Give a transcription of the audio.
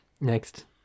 next